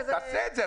תעשה את זה.